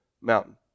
mountain